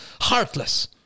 heartless